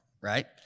right